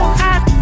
hot